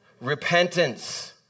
Repentance